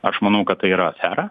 aš manau kad tai yra afera